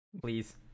please